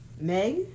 Meg